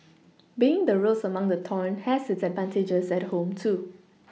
being the rose among the thorns has its advantages at home too